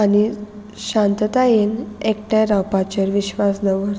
आनी शांततायेन एकठांय रावपाचेर विश्वास दवरता